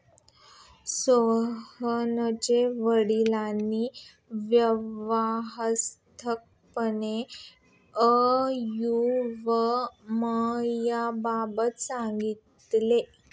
सोहनच्या वडिलांना व्यवस्थापकाने आयुर्विम्याबाबत सांगितले